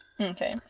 Okay